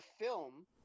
film